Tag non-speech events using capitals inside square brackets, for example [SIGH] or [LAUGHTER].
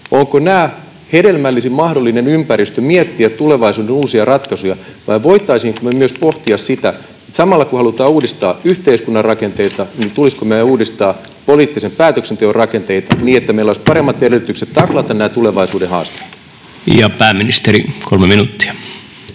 Ovatko nämä hedelmällisin mahdollinen ympäristö miettiä tulevaisuuden uusia ratkaisuja, vai voisimmeko me myös pohtia sitä, samalla kun halutaan uudistaa yhteiskunnan rakenteita, tulisiko meidän uudistaa poliittisen päätöksenteon rakenteita, [NOISE] niin että meillä olisi paremmat edellytykset taklata nämä tulevaisuuden haasteet. Ja pääministeri, 3 minuuttia.